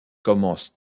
commencent